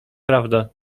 prawda